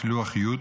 לפי לוח י'